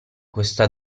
questa